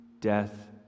death